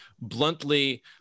bluntly